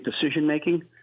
decision-making